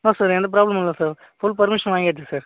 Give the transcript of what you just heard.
ஆமாம் சார் எந்தப் பிராப்ளமும் இல்லை சார் ஃபுல் பர்மிஷன் வாய்ங்காச்சு சார்